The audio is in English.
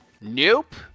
Nope